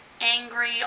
angry